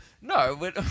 No